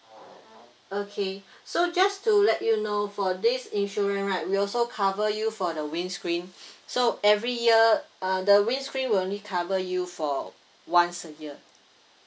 okay so just to let you know for this insurance right we also cover you for the windscreen so every year uh the windscreen will only cover you for once a year